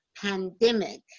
pandemic